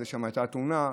ששם הייתה התאונה,